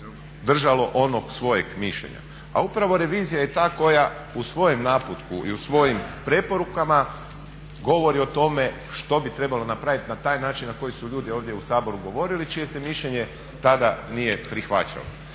držalo onog svojeg mišljenja. A upravo revizija je ta koja u svojem naputku i u svojim preporukama govori o tome što bi trebalo napraviti na taj način na koji su ljudi ovdje u Saboru govorili i čije se mišljenje tada nije prihvaćalo.